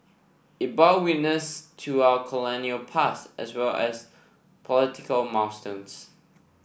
it bore witness to our colonial past as well as political milestones